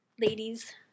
ladies